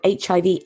HIV